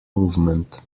movement